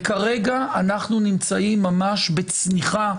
וכרגע אנחנו נמצאים ממש בצניחה,